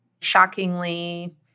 shockingly